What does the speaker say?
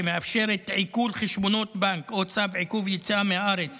שמאפשרת עיקול חשבונות בנק או צו עיכוב יציאה מהארץ